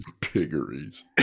Piggeries